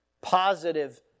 positive